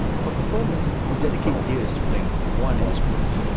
for performers, who dedicate years to playing one instrument,